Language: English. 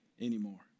anymore